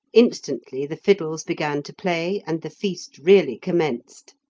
instantly the fiddles began to play, and the feast really commenced.